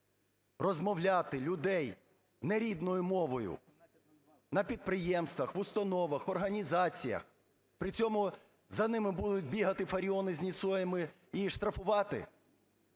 розмовляти людей нерідною мовою на підприємствах, в установах, організаціях, при цьому за ними будуть бігати Фаріони з Ніцоями і штрафувати.